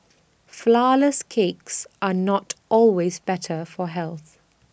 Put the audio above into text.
Flourless Cakes are not always better for health